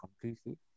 completely